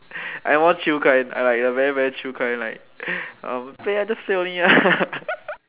I more chill kind I'm like the very very chill kind like um play ah just play only